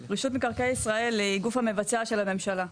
רשות מקרקעי ישראל היא הגוף המבצע של הממשלה,